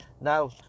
Now